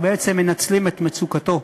אך בעצם מנצלים את מצוקתם.